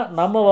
nama